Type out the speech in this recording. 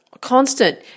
Constant